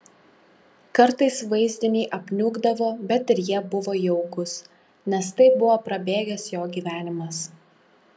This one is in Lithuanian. kartais vaizdiniai apniukdavo bet ir jie buvo jaukūs nes tai buvo prabėgęs jo gyvenimas